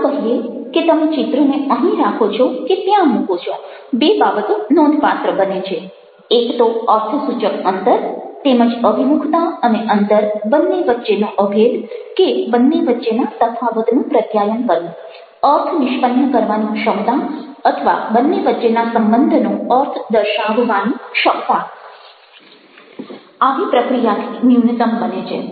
ચાલો કહીએ કે તમે ચિત્રને અહીં રાખો છો કે ત્યાં મૂકો છો બે બાબતો નોંધપાત્ર બને છે એક તો અર્થસૂચક અંતર તેમજ અભિમુખતા અને અંતર બંને વચ્ચેનો અભેદ કે બંને વચ્ચેના તફાવતનું પ્રત્યાયન કરવું અર્થ નિષ્પન્ન કરવાની ક્ષમતા અથવા બંને વચ્ચેના સંબંધનો અર્થ દર્શાવવાની ક્ષમતા આવી પ્રક્રિયાથી ન્યૂનતમ બને છે